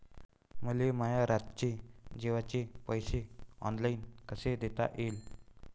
मले माया रातचे जेवाचे पैसे ऑनलाईन कसे देता येईन?